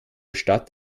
stadt